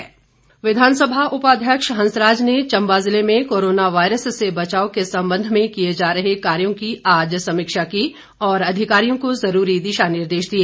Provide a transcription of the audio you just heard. हंसराज विधानसभा उपाध्यक्ष हंसराज ने चंबा जिले में कोरोना वायरस से बचाव के संबंध में किए जा रहे कार्यो की आज समीक्षा की और अधिकारियों को जरूरी दिशा निर्देश दिए